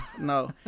no